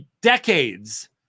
decades